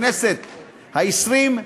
לכנסת העשרים,